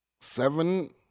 seven